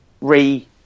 re